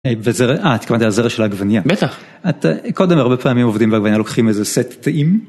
התכוונת לזרע של העגבניה. בטח. קודם הרבה פעמים עובדים בעגבניה לוקחים איזה סט טעים.